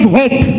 hope